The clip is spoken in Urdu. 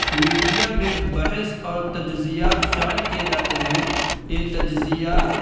میڈیا میں بحث اور تجزیہ شائع کیے جاتے ہیں یہ تجزیات